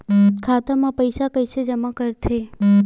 खाता म पईसा कइसे जमा करथे?